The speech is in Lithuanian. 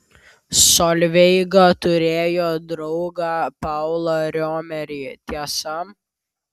solveiga turėjo draugą paulą riomerį tiesa